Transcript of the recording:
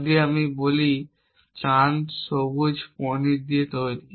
যদি আমি বলি চাঁদ সবুজ পনির দিয়ে তৈরি